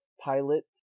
pilot